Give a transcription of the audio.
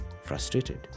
frustrated